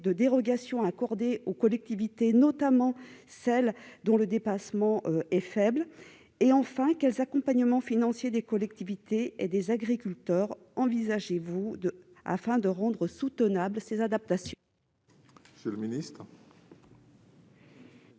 des dérogations accordées aux collectivités, notamment celles dont le dépassement est faible ? Enfin, quels accompagnements financiers des collectivités et des agriculteurs envisagez-vous afin de rendre soutenables ces adaptations ?